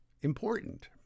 important